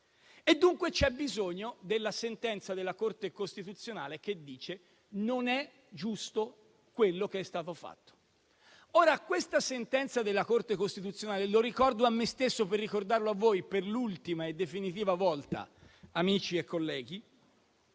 dunque c'è bisogno della sentenza della Corte costituzionale che dice che non è giusto quello che è stato fatto. Ora, questa sentenza della Corte costituzionale - lo ricordo a me stesso per ricordarlo a voi per l'ultima e definitiva volta, amici e colleghi